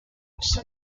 was